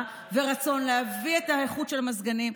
ורצון להביא את האיכות של המזגנים,